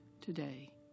today